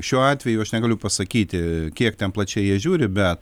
šiuo atveju aš negaliu pasakyti kiek ten plačiai jie žiūri bet